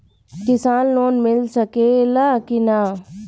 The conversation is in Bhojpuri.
किसान लोन मिल सकेला कि न?